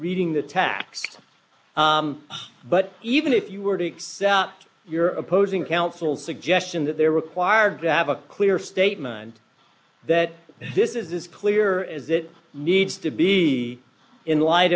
reading the tax but even if you were to take your opposing counsel suggestion that they're required to have a clear statement that this is this plea or is it need to be in light